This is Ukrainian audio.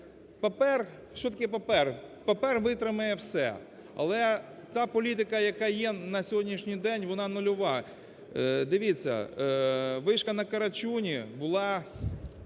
Папір витримає все. Але та політика, яка є на сьогоднішній день, вона є нульова. Дивіться, вишка на Карачуні була